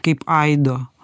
kaip aido